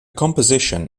composition